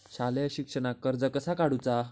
शालेय शिक्षणाक कर्ज कसा काढूचा?